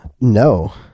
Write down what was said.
No